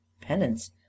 penance